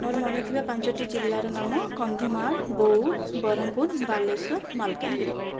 ମୋର ମନେ ଥିବା ପାଞ୍ଚଟି ଜିଲ୍ଲାର ନାମ କନ୍ଧମାଳ ବଉଦ ବ୍ରହ୍ମପୁର ବାଲେଶ୍ବର ମାଲକାନଗିରି